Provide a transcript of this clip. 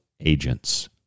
agents